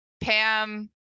Pam